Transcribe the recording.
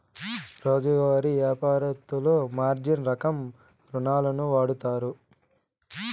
రోజువారీ యాపారత్తులు మార్జిన్ రకం రుణాలును వాడుతారు